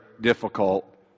difficult